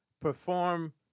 perform